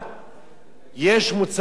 יש מוצרים עם 8%,